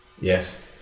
Yes